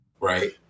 right